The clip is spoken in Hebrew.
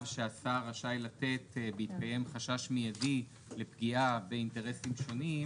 שהשר רשאי לתת בהתקיים חשש מידי לפגיעה באינטרסים שונים